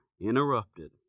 interrupted